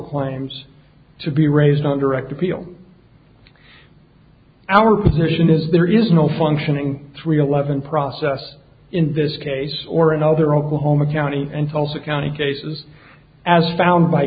claims to be raised on direct appeal our position is there is no functioning three eleven process in this case or another oklahoma county and tulsa county cases as found